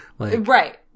Right